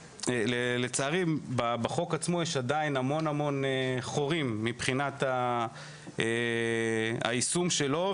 לצערי בחוק עצמו יש עדיין המון המון חורים מבחינת היישום שלו,